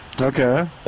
Okay